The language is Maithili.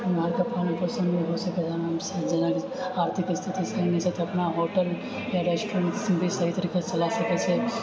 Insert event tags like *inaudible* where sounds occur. *unintelligible* पालन पोषण भी कऽ सकैय आरामसँ जेनाकि आर्थिक स्थिति अपना होटल या रेस्टोरेन्ट भी सही तरिकासँ चला सकै छै